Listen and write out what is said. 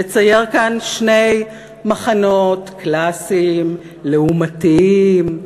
לצייר כאן שני מחנות קלאסיים לעומתיים,